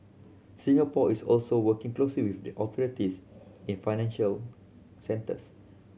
Singapore is also working closely with the authorities in financial centres